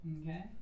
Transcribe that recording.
Okay